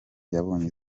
yabonye